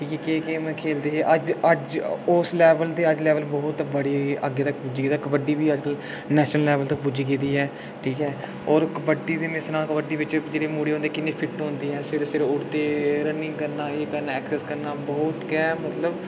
केह् केह् खेढदे हे अज उस लेबल ते अज्ज लेबल च बड़े अग्गे तक पुज्जी गेदा ऐ नेशनल लेबल तक पुज्जी गेदी ऐ ठीक ऐ और कबड्डी दा में सनाआ कबड्डी बिच्च जेह्ड़े मुड़े होंदे न किन्ने फिट होंदे न सबेरे सबेरे उट्ठना ते रन्निंग करना ऐ करना ओह् करना ऐक्सरसाइज करना मतलब